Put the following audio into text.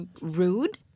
rude